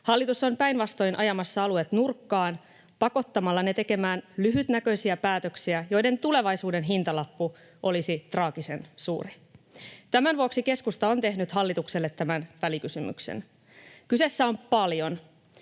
Hallitus on päinvastoin ajamassa alueet nurkkaan pakottamalla ne tekemään lyhytnäköisiä päätöksiä, joiden tulevaisuuden hintalappu olisi traagisen suuri. Tämän vuoksi keskusta on tehnyt hallitukselle tämän välikysymyksen. Kyseessä on paljon: